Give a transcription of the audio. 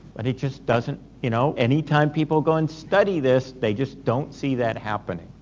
and it just doesn't. you know, any time people go and study this, they just don't see that happening.